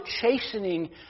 chastening